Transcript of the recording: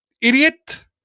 Idiot